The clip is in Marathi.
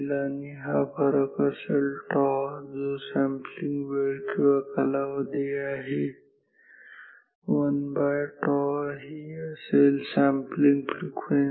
आणि हा फरक असेल हा τ असेल जो सॅम्पलिंग वेळ किंवा कालावधी आहे 1τ ही असेल सॅम्पलिंग फ्रिक्वेन्सी